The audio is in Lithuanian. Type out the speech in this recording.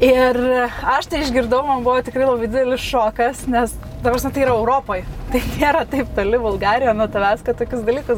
ir aš tai išgirdau man buvo tikrai labai didelis šokas nes ta prasme tai yra europoj tai nėra taip toli bulgarija nuo tavęs kad tokius dalykus